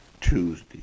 Tuesday